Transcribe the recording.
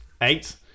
Eight